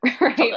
right